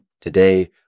today